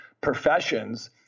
professions